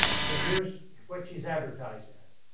so here's what she's advertised as,